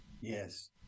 Yes